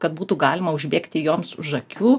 kad būtų galima užbėgti joms už akių